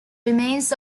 remains